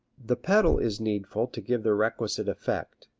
the pedal is needful to give the requisite effect,